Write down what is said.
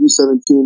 U17